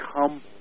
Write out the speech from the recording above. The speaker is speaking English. come